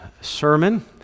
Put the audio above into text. sermon